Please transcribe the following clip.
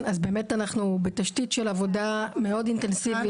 אנחנו בתשתית של עבודה מאוד אינטנסיבית